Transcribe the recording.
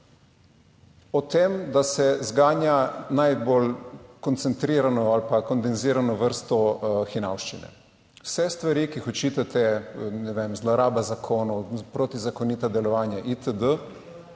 O tem, da se zganja najbolj koncentrirano ali pa kondenzirano vrsto hinavščine. Vse stvari, ki jih očitate, ne vem, zloraba zakonov, protizakonito delovanja, itd,